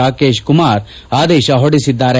ರಾಕೇಶ್ ಕುಮಾರ್ ಆದೇಶ ಹೊರಡಿಸಿದ್ದಾರೆ